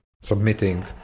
submitting